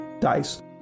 dice